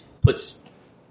puts